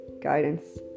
guidance